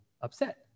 upset